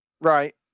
Right